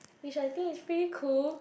which I think is pretty cool